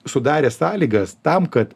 sudarė sąlygas tam kad